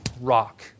rock